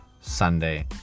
Sunday